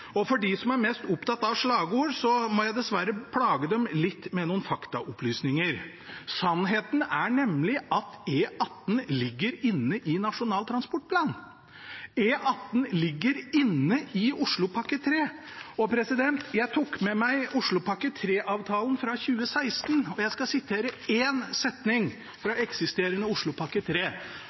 De som er mest opptatt av slagord, må jeg dessverre plage litt med noen faktaopplysninger. Sannheten er nemlig at E18 ligger inne i Nasjonal transportplan. E18 ligger inne i Oslopakke 3. Jeg tok med meg Oslopakke 3-avtalen fra 2016. Jeg skal sitere én setning fra eksisterende Oslopakke